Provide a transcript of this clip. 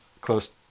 close